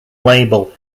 label